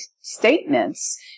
statements